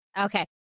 Okay